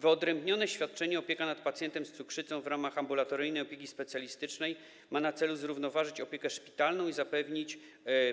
Wyodrębnione świadczenie: opieka nad pacjentem z cukrzycą w ramach ambulatoryjnej opieki specjalistycznej ma na celu zrównoważyć opiekę szpitalną i zapewnić